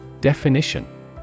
Definition